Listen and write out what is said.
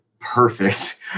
perfect